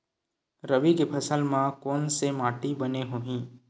रबी के फसल बर कोन से माटी बने होही?